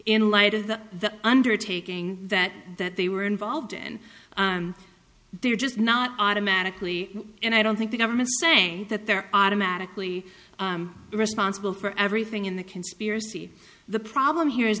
in light of the undertaking that that they were involved in they're just not automatically and i don't think the government is saying that they're automatically responsible for everything in the conspiracy the problem here is